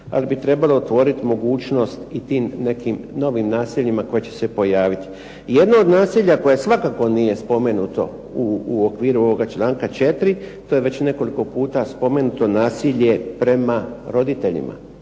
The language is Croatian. ali bi trebalo otvoriti mogućnost i tim nekim novim nasiljima koje će se pojaviti. Jedno od nasilja koje svakako nije spomenuto u okviru ovoga članka 4. to je već nekoliko puta spomenuto nasilje prema roditeljima,